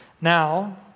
Now